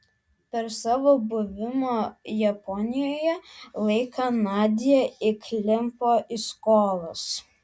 per savo buvimo japonijoje laiką nadia įklimpo į skolas